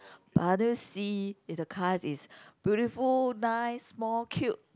but I see it the car is beautiful nice small cute